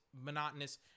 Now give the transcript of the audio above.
monotonous